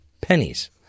pennies